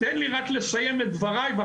ברמה הזאת, גם לתחום הצבאי,